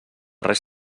res